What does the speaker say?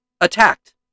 attacked